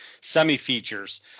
semi-features